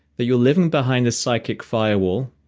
that you're living behind a psychic firewall